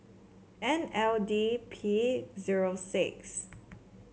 N L D P zero six